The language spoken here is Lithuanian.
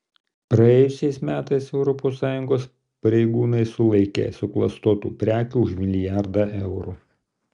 praėjusiais metais europos sąjungos pareigūnai sulaikė suklastotų prekių už milijardą eurų